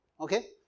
Okay